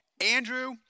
Andrew